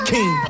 King